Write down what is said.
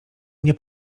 nie